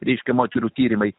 ryškių moterų tyrimai